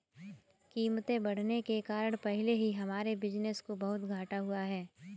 कीमतें बढ़ने के कारण पहले ही हमारे बिज़नेस को बहुत घाटा हुआ है